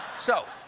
so